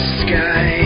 sky